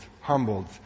Humbled